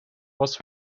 was